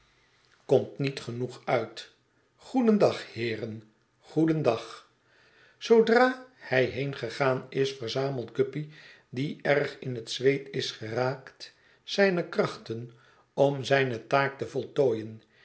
komt niet genoeg uit goedendag heeren goedendag zoodra hij heengegaan is verzamelt guppy die erg in het zweet is geraakt zijne krachten om zijne taak te voltooien